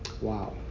Wow